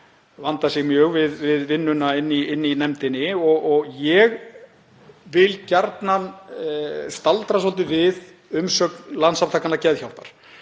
vandað sig mjög við vinnuna í nefndinni. Ég vil gjarnan staldra svolítið við umsögn Landssamtakanna Geðhjálpar.